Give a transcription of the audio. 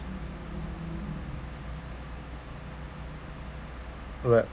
right